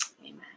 Amen